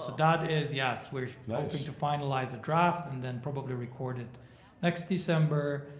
so that is, yes, we're hoping to finalize a draft, and then probably record it next december,